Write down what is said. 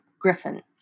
Griffin